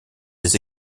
des